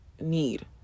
need